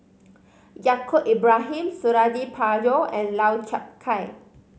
Yaacob Ibrahim Suradi Parjo and Lau Chiap Khai